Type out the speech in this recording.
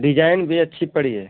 design भी अच्छी पड़ी है